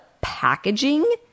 packaging